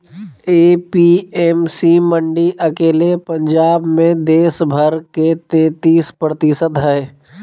APMC मंडी अकेले पंजाब मे देश भर के तेतीस प्रतिशत हई